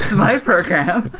my program.